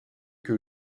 que